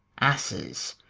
asses,